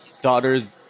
daughter's